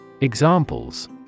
Examples